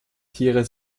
tiere